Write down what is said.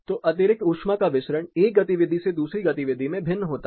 तो अतिरिक्त ऊष्मा का विसरण एक गतिविधि से दूसरी गतिविधि में भिन्न होता है